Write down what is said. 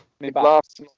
Last